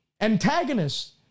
antagonists